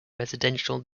residential